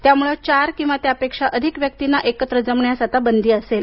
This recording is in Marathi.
त्यामुळे चार किंवा त्यापेक्षा अधिक व्यक्तींना एकत्र जमण्यास आता बंदी असेल